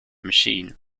machine